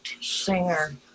singer